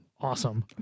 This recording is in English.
awesome